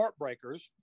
heartbreakers